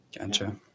Gotcha